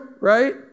right